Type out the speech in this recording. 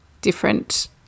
different